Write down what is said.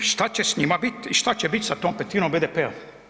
Što će s njima biti i što će biti s tom petinom BDP-a?